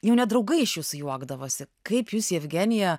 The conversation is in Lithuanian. jau net draugai iš jūsų juokdavosi kaip jūs jevgenija